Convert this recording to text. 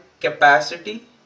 capacity